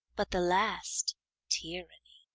but the last tyranny.